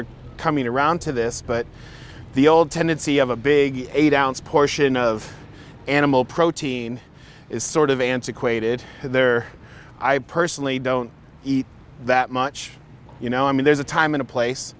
are coming around to this but the old tendency of a big eight ounce portion of animal protein is sort of antiquated there i personally don't eat that much you know i mean there's a time in a place